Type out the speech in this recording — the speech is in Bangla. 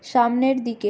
সামনের দিকে